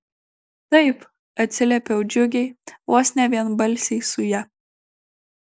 taip atsiliepiau džiugiai vos ne vienbalsiai su ja